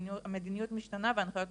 המדיניות משתנה וההנחיות משתנות,